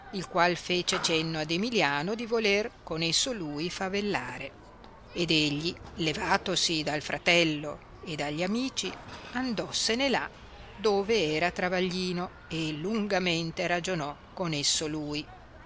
il qual fece cenno ad emilliano di voler con esso lui favellare ed egli levatosi dal fratello e da gli amici andossene là dove era travaglino e lungamente ragionò con esso lui